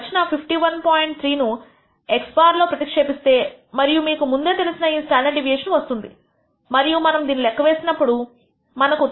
3 ను x̅ లో ప్రతిక్షేపిస్తే మరియు మీకు ముందే తెలిసిన ఈ స్టాండర్డ్ డీవియేషన్ వస్తుంది మరియు మనము దీనిని లెక్క వేసినప్పుడు మనకు 3